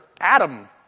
Adam